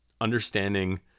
understanding